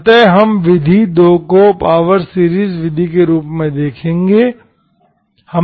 अतः हम विधि 2 को पावर सीरीज विधि के रूप में देखेंगे